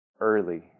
Early